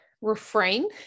refrain